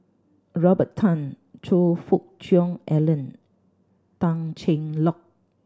Robert Tan Choe Fook Cheong Alan Tan Cheng Lock